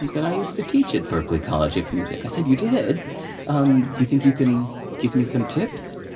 he said, i used to teach at berklee college of music. i said, you did? um do you think you can give me some tips?